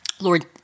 Lord